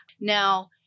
Now